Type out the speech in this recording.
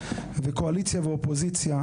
וקואליציה ואופוזיציה,